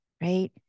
right